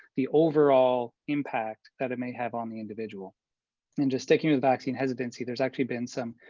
the overall impact that it may have on the individual and just sticking to the vaccine hesitancy, there's actually been some